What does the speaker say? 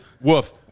woof